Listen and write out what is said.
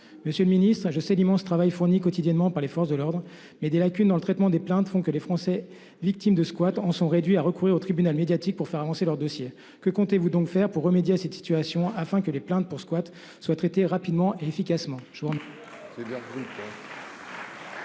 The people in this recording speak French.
Monsieur le ministre, je sais l’immense travail fourni quotidiennement par les forces de l’ordre, mais des lacunes dans le traitement des plaintes font que les Français victimes de squats en sont réduits à recourir au tribunal médiatique pour faire avancer leurs dossiers. Que comptez vous donc faire pour remédier à cette situation, afin que les plaintes pour squat soient traitées rapidement et efficacement ?